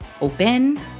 open